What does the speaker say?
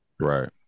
right